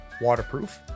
waterproof